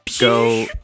go